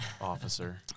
officer